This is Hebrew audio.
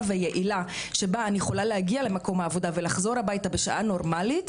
ויעילה שבה אני יכולה להגיע למקום העבודה ולחזור הביתה בשעה נורמלית,